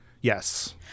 Yes